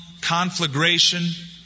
conflagration